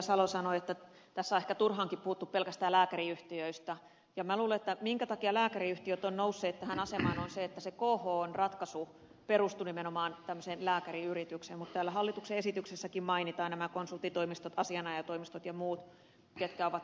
salo sanoi että tässä on ehkä turhaankin puhuttu pelkästään lääkäriyhtiöistä ja minä luulen että se minkä takia lääkäriyhtiöt ovat nousseet tähän asemaan on se että se khon ratkaisu perustui nimenomaan tämmöiseen lääkäriyritykseen mutta täällä hallituksen esityksessäkin mainitaan nämä konsulttitoimistot asianajajatoimistot ja muut ketkä ovat tätä hyödyntäneet